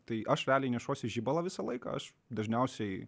tai aš realiai nešuosi žibalą visą laiką aš dažniausiai